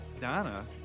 Donna